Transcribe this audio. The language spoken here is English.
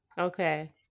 Okay